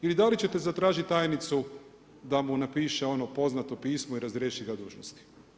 Ili da li ćete zatražiti tajnicu da mu napiše ono poznato pismo i razriješi ga dužnosti.